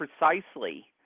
precisely